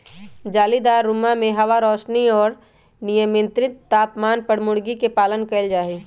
जालीदार रुम्मा में हवा, रौशनी और मियन्त्रित तापमान पर मूर्गी के पालन कइल जाहई